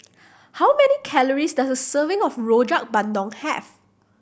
how many calories does a serving of Rojak Bandung have